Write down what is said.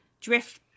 drift